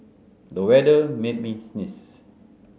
the weather made me sneeze